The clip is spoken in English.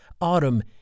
Autumn